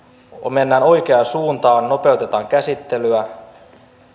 mennään oikeaan suuntaan nopeutetaan käsittelyä